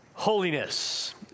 Holiness